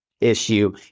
issue